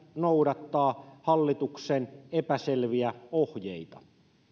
noudattaa hallituksen epäselviä ohjeita